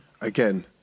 again